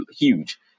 huge